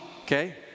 okay